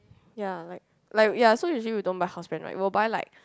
ya like like ya so we usually don't buy housebrands right we'll buy like